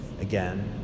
again